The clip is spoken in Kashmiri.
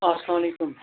اسلامُ علیکُم